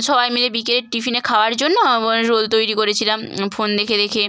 সবাই মিলে বিকেলের টিফিনে খাওয়ার জন্য রোল তৈরি করেছিলাম ফোন দেখে দেখে